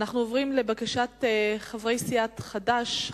עוברים לבקשת חברי סיעת חד"ש,